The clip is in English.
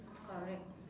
correct